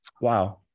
Wow